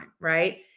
right